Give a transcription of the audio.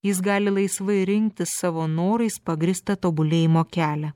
jis gali laisvai rinktis savo norais pagrįstą tobulėjimo kelią